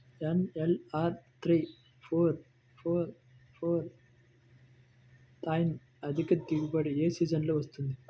NLR three four four four nine అధిక దిగుబడి ఏ సీజన్లలో వస్తుంది?